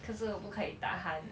可是我不可以 tahan